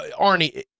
Arnie